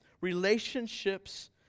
Relationships